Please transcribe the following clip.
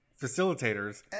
facilitators